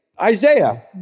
Isaiah